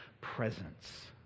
presence